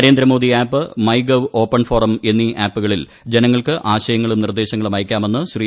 Narendra Modi app MyGov open forum എന്നീ ആപ്പുകളിൽ ജനങ്ങൾക്ക് ആശയങ്ങളും നിർദ്ദേശങ്ങളും അയയ്ക്കാമെന്ന് ശ്രീ